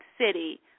city